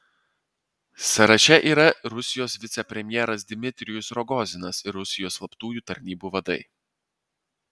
sąraše jau yra rusijos vicepremjeras dmitrijus rogozinas ir rusijos slaptųjų tarnybų vadai